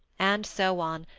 and so on,